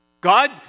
God